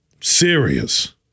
Serious